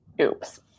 oops